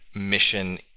mission